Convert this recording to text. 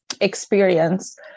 experience